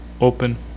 open